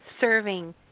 serving